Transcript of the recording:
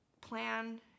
plan